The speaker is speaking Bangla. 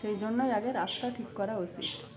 সেই জন্যই আগে রাস্তা ঠিক করা উচিত